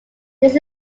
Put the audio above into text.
this